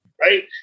right